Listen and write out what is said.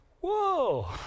whoa